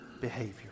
behavior